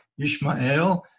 Yishmael